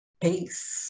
Peace